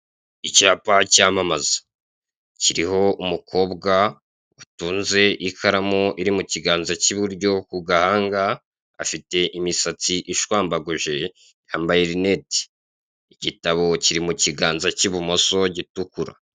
Icyapa cyamamaza kiriho umukobwa utunze ikaramu iri mu kiganza k'iburyo ku gahanga afite imisatsi ishwambaguje yambaye rinete. Igitabo kiri mu kiganza k'ibumoso gitukura.